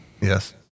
Yes